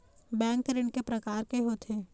Bank ऋण के प्रकार के होथे?